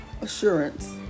assurance